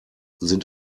sind